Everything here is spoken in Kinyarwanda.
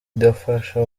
idafasha